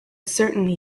certainly